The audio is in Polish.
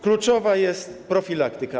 Kluczowa jest profilaktyka.